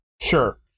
Sure